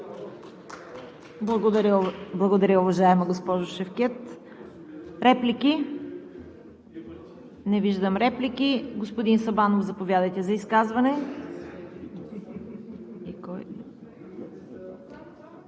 Благодаря, уважаема госпожо Шевкед. Реплики? Не виждам реплики. Господин Сабанов, заповядайте за изказване.